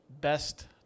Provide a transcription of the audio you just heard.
best